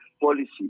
policy